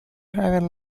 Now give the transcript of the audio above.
have